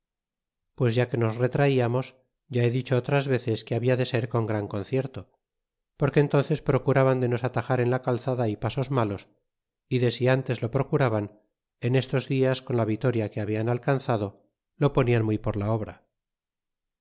pues ya que nos retratamos ya he dicho otras veces que habla de ser con gran concierto porque entnces procuraban de nos atajar en la calzada y pasos malos y de si ntes lo procuraban en estos dias con la vitoria que habian alcanzado lo ponian muy por la obra